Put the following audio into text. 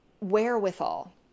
wherewithal